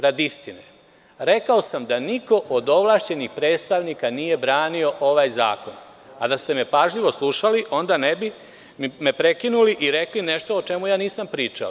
Rekao sam da niko od ovlašćenih predstavnika nije branio ovaj zakon, a da ste me pažljivo slušali onda ne bi me prekinuli i rekli nešto o čemu nisam pričao.